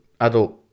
adult